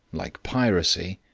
like piracy.